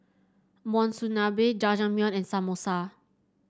Monsunabe Jajangmyeon and Samosa